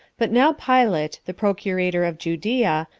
but now pilate, the procurator of judea,